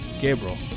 Gabriel